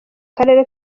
karere